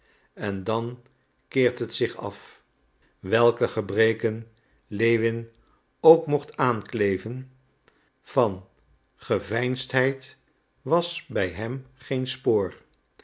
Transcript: en dan keert het zich af welke gebreken lewin ook mochten aankleven van geveinsdheid was bij hem geen spoor